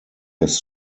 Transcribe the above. his